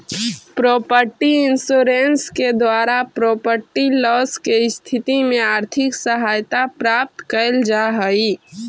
property insurance के द्वारा property loss के स्थिति में आर्थिक सहायता प्राप्त कैल जा हई